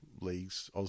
league's